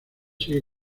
sigue